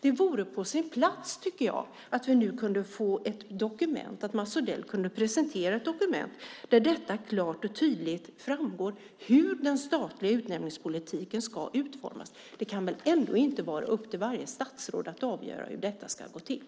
Det vore på sin plats, tycker jag, att Mats Odell nu kunde presentera ett dokument där det klart och tydligt framgår hur den statliga utnämningspolitiken ska utformas. Det kan väl ändå inte vara upp till varje statsråd att avgöra hur detta ska gå till.